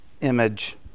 image